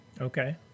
okay